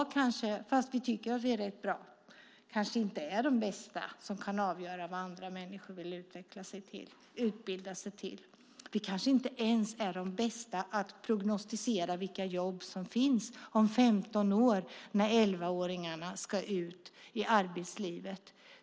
Även om vi tycker att vi är rätt bra kanske inte du och jag är de bästa att avgöra vad andra människor vill utbilda sig till. Vi kanske inte ens är de bästa att prognostisera vilka jobb som kommer att finnas om 15 år när elvaåringarna ska ut i arbetslivet.